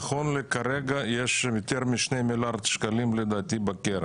נכון לכרגע יש שם יותר משני מיליארד שקלים בקרן,